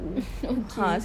mm okay